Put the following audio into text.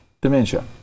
dementia